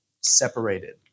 separated